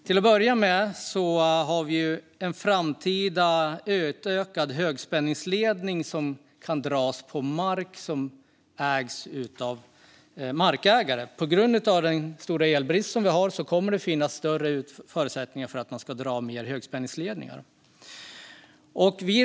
Till att börja med handlar det om framtida utökade högspänningsledningar som dras på mark. På grund av den stora elbrist som vi har kommer det att finnas större förutsättningar för att man ska dra mer högspänningsledningar.